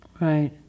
Right